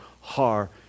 Har